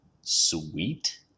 sweet